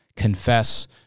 confess